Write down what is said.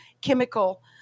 chemical